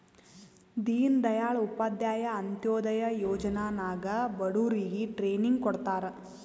ದೀನ್ ದಯಾಳ್ ಉಪಾಧ್ಯಾಯ ಅಂತ್ಯೋದಯ ಯೋಜನಾ ನಾಗ್ ಬಡುರಿಗ್ ಟ್ರೈನಿಂಗ್ ಕೊಡ್ತಾರ್